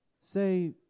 Say